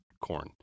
corn